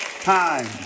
time